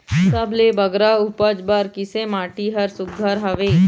सबले बगरा उपज बर किसे माटी हर सुघ्घर हवे?